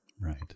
Right